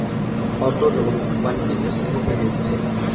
auto loan बन्हकी पर सेहो भेटैत छै